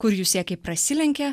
kur jų siekiai prasilenkia